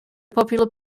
popular